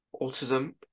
autism